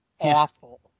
awful